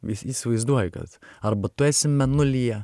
vis įsivaizduoji kad arba tu esi mėnulyje